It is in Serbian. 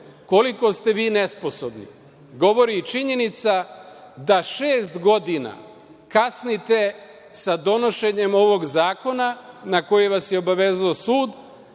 Koliko ste vi nesposobni, govori i činjenica da šest godina kasnite sa donošenjem ovog zakona na koji vas je obavezao sud